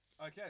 Okay